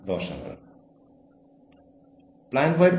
നഷ്ടപരിഹാരത്തിന്റെ കാര്യത്തിൽ നമുക്ക് ഇടപെടാം